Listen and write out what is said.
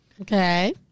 Okay